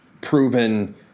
proven